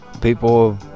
people